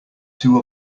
two